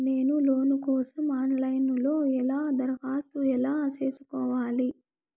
నేను లోను కోసం online లో ఎలా దరఖాస్తు ఎలా సేసుకోవాలి?